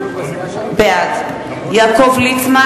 בעד יעקב ליצמן,